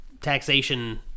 taxation